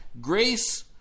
grace